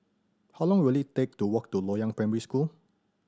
how long will it take to walk to Loyang Primary School